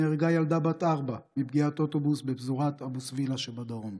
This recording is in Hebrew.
נהרגה ילדה בת 4 מפגיעת אוטובוס בפזורת אבו סבילה שבדרום,